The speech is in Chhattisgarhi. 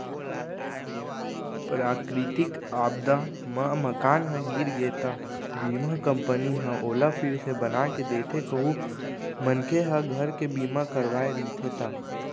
पराकरितिक आपदा म मकान ह गिर गे त बीमा कंपनी ह ओला फिर से बनाके देथे कहूं मनखे ह घर के बीमा करवाय रहिथे ता